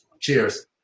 cheers